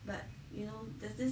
but you know there's this